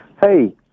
Hey